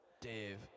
Dave